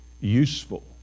useful